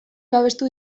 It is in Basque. babestu